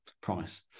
Promise